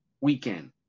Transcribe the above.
weekend